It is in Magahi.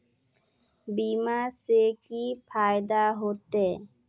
बीमा से की फायदा होते?